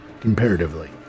comparatively